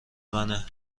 منه